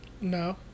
No